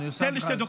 אני הוספתי לך.